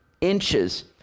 inches